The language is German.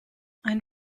ein